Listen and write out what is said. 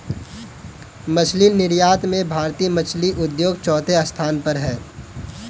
मछली निर्यात में भारतीय मछली उद्योग चौथे स्थान पर है